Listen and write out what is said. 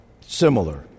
similar